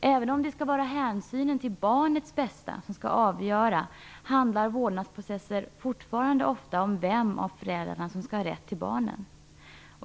Även om det skall vara hänsynen till barnets bästa som skall avgöra handlar vårdnadsprocesser fortfarande ofta om vem av föräldrarna som skall ha rätt till barnen.